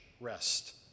rest